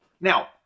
Now